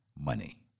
money